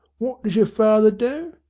wot does yer father do?